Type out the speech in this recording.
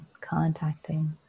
contacting